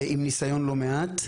עם לא מעט ניסיון.